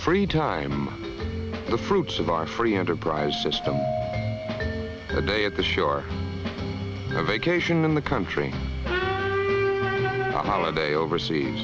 free time the fruits of our free enterprise system a day at the shore a vacation in the country holiday overseas